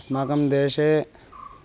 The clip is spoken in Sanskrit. अस्माकं देशे